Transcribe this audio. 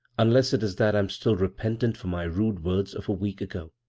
unless it is that i'm still repentant for my rude words of a week ago.